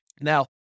Now